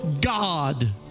God